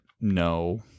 No